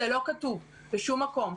זה לא כתוב בשום מקום.